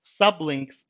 Sublinks